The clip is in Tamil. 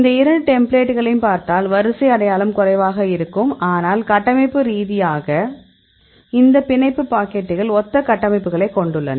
இந்த இரண்டு டெம்ப்ளேட்களையும் பார்த்தால் வரிசை அடையாளம் குறைவாக இருக்கும் ஆனால் கட்டமைப்பு ரீதியாக இந்த பிணைப்பு பாக்கெட்டுகள் ஒத்த கட்டமைப்புகளைக் கொண்டுள்ளன